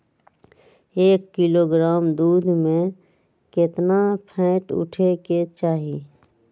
एक किलोग्राम दूध में केतना फैट उठे के चाही?